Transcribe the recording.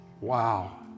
Wow